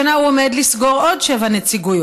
השנה הוא עומד לסגור עוד שבע נציגויות,